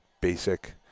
basic